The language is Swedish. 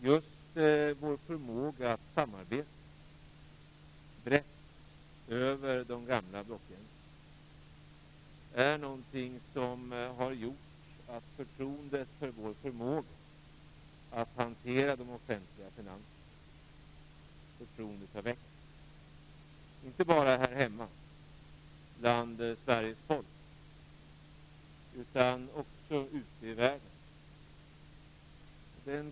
Just vår förmåga att samarbeta brett över de gamla blockgränserna har gjort att förtroendet för vår förmåga att hantera de offentliga finanserna har växt, inte bara här hemma hos Sveriges folk utan också ute i världen.